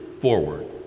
forward